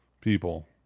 people